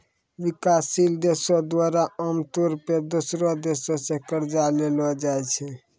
विकासशील देशो द्वारा आमतौरो पे दोसरो देशो से कर्जा लेलो जाय छै